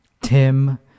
Tim